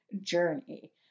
journey